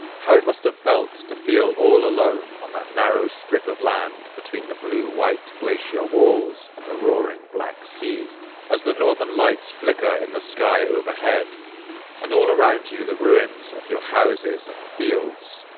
how it must have felt to feel all alone on that narrow strip of land between the blue-white glacial walls and the roaring black sea as the northern lights flicker in the sky overhead and all around you, the ruins of your houses and fields,